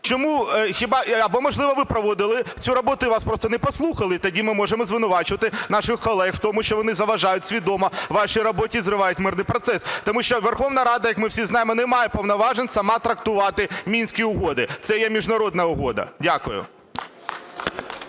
Або, можливо, ви проводили цю роботу і вас просто не послухали, і тоді ми можемо звинувачувати наших колег в тому, що вони заважають свідомо вашій роботі і зривають мирний процес. Тому що Верховна Рада, як ми всі знаємо, не має повноважень сама трактувати Мінські угоди, це є міжнародна угода. Дякую.